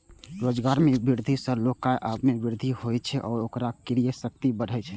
रोजगार मे वृद्धि सं लोगक आय मे वृद्धि होइ छै आ ओकर क्रय शक्ति बढ़ै छै